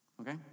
Okay